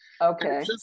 Okay